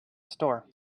store